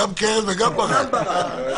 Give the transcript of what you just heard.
גם קרן וגם ברק.